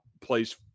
plays